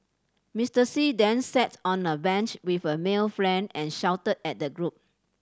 Mister See then sat on a bench with a male friend and shouted at the group